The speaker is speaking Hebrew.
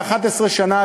ב-11 שנה,